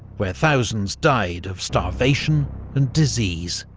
where thousands died of starvation and disease.